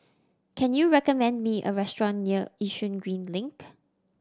can you recommend me a restaurant near Yishun Green Link